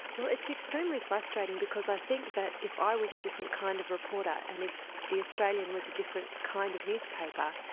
well it's extremely frustrating, because i think that if i was a different kind of reporter, and if the australian was a different kind of newspaper,